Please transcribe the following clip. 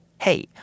hey